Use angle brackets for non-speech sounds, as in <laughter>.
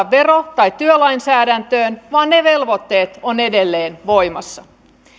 <unintelligible> vero tai työlainsäädäntöön vaan ne velvoitteet ovat edelleen voimassa